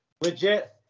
legit